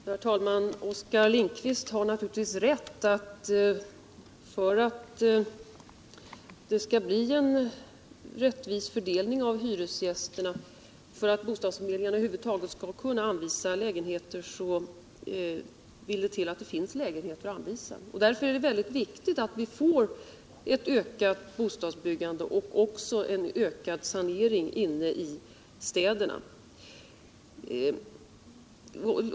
Herr talman! Oskar Lindkvist har naturligtvis rätt: För att det skall bli en rättvis fördelning av hyresgästerna och för att bostadsförmedlingarna över huvud taget skall kunna anvisa lägenheter vill det till att det finns lägenheter utt anvisa. Därför är det viktigt att vi får ett ökat bostadsbyggande och också en ökad sanering inne i städerna.